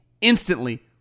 instantly